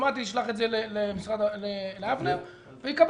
אוטומטית ישלח את זה לאבנר ויקבל,